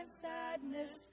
sadness